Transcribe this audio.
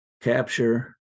capture